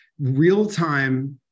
real-time